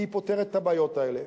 כי היא פותרת את הבעיות האלה.